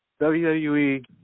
WWE